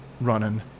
running